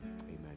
Amen